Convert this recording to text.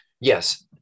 yes